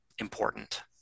important